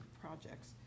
projects